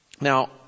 Now